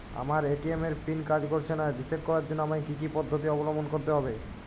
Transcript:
আমার এ.টি.এম এর পিন কাজ করছে না রিসেট করার জন্য আমায় কী কী পদ্ধতি অবলম্বন করতে হবে?